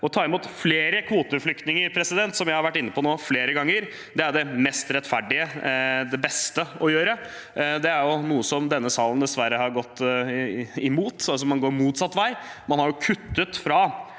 Å ta imot flere kvoteflyktninger, som jeg har vært inne på flere ganger, er det mest rettferdige, det beste å gjøre. Det er noe denne salen dessverre har gått imot – man går altså motsatt vei. Man har kuttet i